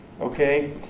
Okay